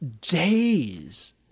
days